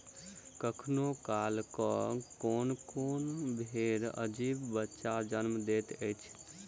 कखनो काल क कोनो कोनो भेंड़ अजीबे बच्चा के जन्म दैत छै